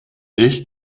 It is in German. ich